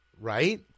Right